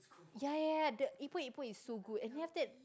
ya ya ya the epok epok is so good and then after that